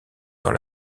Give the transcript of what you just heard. dans